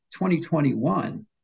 2021